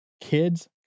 kids